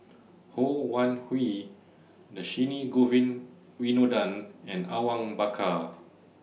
Ho Wan Hui Dhershini Govin Winodan and Awang Bakar